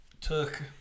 took